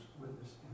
witness